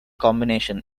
combination